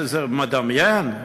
מדמיין?